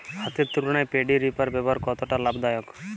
হাতের তুলনায় paddy reaper ব্যবহার কতটা লাভদায়ক?